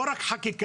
לא רק חקיקה.